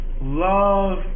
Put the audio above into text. Love